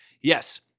yes